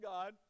God